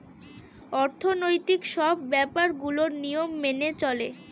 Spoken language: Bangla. অর্থনৈতিক সব ব্যাপার গুলোর নিয়ম মেনে চলে